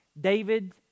David